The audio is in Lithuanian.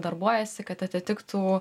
darbuojasi kad atitiktų